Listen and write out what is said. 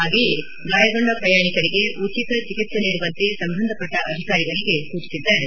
ಹಾಗೆಯೇ ಗಾಯಗೊಂಡ ಪ್ರಯಾಣಿಕರಿಗೆ ಉಚಿತ ಚಿಕಿತ್ಸೆ ನೀಡುವಂತೆ ಸಂಬಂಧಪಟ್ಷ ಅಧಿಕಾರಿಗಳಿಗೆ ಸೂಚಿಸಿದ್ದಾರೆ